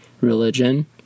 religion